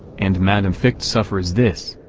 and madame fichte suffers this!